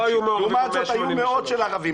לעומת זאת היו מאות מקרים של ערבים.